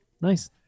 nice